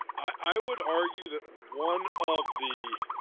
i would argue that one of the